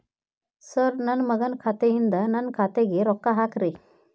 sir ನನ್ನ ಮಗನ ಖಾತೆ ಯಿಂದ ನನ್ನ ಖಾತೆಗ ರೊಕ್ಕಾ ಹಾಕ್ರಿ